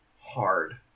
hard